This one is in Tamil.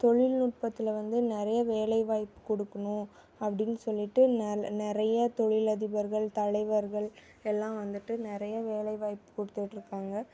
தொழில்நுட்பத்தில் வந்து நிறைய வேலைவாய்ப்பு கொடுக்கணும் அப்படின்னு சொல்லிட்டு நல் நிறைய தொழிலதிபர்கள் தலைவர்கள் எல்லாம் வந்துட்டு நிறைய வேலைவாய்ப்பு கொடுத்துக்கிட்ருக்காங்க